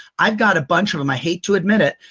i've got a bunch of em. i hate to admit it,